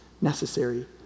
necessary